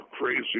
crazy